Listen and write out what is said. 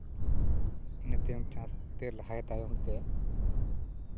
ᱤᱱᱟᱹ ᱛᱟᱭᱚᱢ ᱪᱟᱥᱛᱮ ᱞᱟᱦᱟ ᱛᱟᱭᱚᱢᱛᱮ